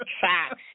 Facts